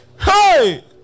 Hey